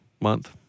Month